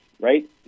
right